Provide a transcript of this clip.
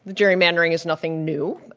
gerrymandering is nothing new.